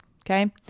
Okay